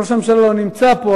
ראש הממשלה לא נמצא פה,